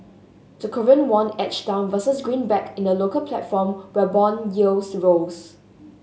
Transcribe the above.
the Korean won edged down versus greenback in the local platform while bond yields rose